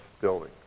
building